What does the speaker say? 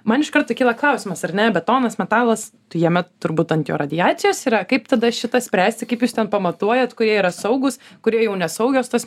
man iš karto kyla klausimas ar ne betonas metalas tai jame turbūt ant jo radiacijos yra kaip tada šitą spręsti kaip jūs ten pamatuojat kurie yra saugūs kurie jau nesaugios tos